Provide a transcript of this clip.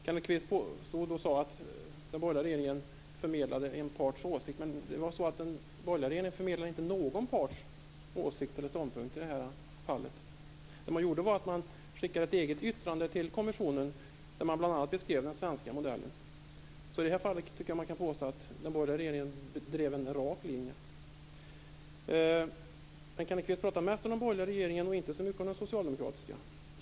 Kenneth Kvist sade att den borgerliga regeringen förmedlade en parts åsikt men den borgerliga regeringen förmedlade faktiskt inte någon parts åsikt eller ståndpunkt i det här fallet. Vad man gjorde var att man skickade ett eget yttrande till kommissionen där man bl.a. beskrev den svenska modellen, så i det här fallet tycker jag att man kan påstå att den borgerliga regeringen drev en rak linje. Kenneth Kvist pratar mest om den borgerliga regeringen. Han säger inte så mycket om den socialdemokratiska.